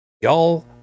Y'all